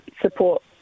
support